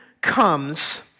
comes